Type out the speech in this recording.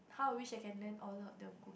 how I wish I can learn all her the